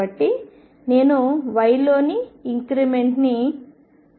కాబట్టి నేను yలోని ఇంక్రిమెంట్ని 0